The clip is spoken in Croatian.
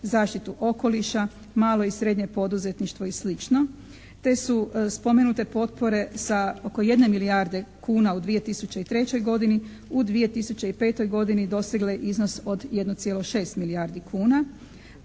zaštitu okoliša, malo i srednje poduzetništvo i sl., te su spomenute potpore sa oko 1 milijarde kuna u 2003. godini u 2005. godini dosegle iznos od 1,6 milijardi kuna